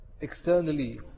externally